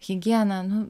higiena nu